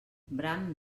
bram